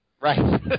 Right